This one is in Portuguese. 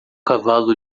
cavalo